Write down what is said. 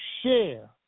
share